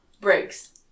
breaks